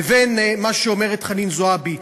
לבין מה שאומרת חנין זועבי.